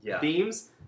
themes